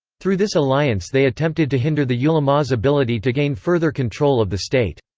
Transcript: through this alliance they attempted to hinder the ulama's ability to gain further control of the state.